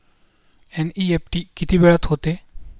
NEFT किती वेळात होते?